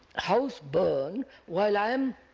house burn while i am.